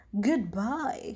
goodbye